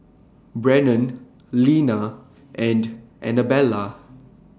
Brennon Lina and Anabella